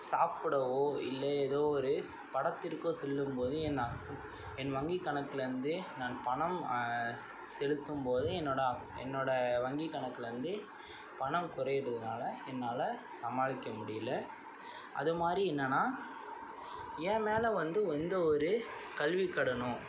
சாப்பிடவோ இல்லை ஏதோ ஒரு படத்திற்கோ செல்லும் போது என் நான் என் வங்கி கணக்குலேருந்தே நான் பணம் செலுத்தும் போது என்னோட அக் என்னோட வங்கி கணக்கில் வந்து பணம் குறையுறதுனால் என்னால் சமாளிக்க முடியலை அதுமாதிரி என்னன்னால் என் மேல வந்து எந்த ஒரு கல்வி கடனோ